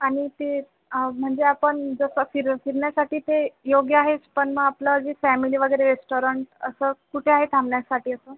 आणि ते म्हणजे आपण जसं फिर फिरण्यासाठी ते योग्य आहेच पण मग आपलं जे फॅमिली वगैरे कारण असं कुठे आहे थांबण्यासाठी असं